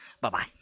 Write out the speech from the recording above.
Bye-bye